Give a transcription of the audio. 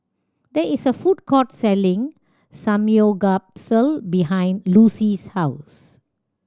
there is a food court selling Samgyeopsal behind Lucy's house